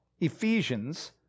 Ephesians